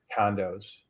condos